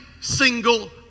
single